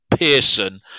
Pearson